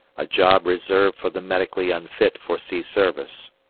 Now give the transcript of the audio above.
a job reserved for the medically unfit for sea service.